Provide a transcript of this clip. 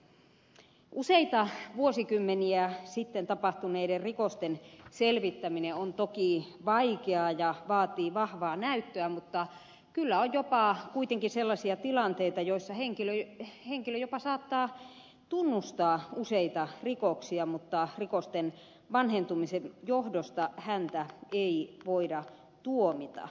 useita vuosikymmeniä sitten tapahtuneiden rikosten selvittäminen on toki vaikeaa ja vaatii vahvaa näyttöä mutta kyllä on jopa kuitenkin sellaisia tilanteita joissa henkilö jopa saattaa tunnustaa useita rikoksia mutta rikosten vanhentumisen johdosta häntä ei voida tuomita